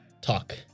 talk